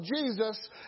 Jesus